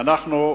שאנחנו,